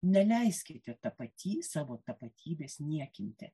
neleiskite tapaty savo tapatybės niekinti